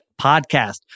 podcast